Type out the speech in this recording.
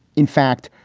in fact,